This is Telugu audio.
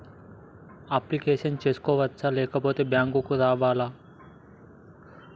అప్లికేషన్ చేసుకోవచ్చా లేకపోతే బ్యాంకు రావాలా?